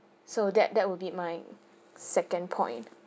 so that that will be my second point